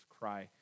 cry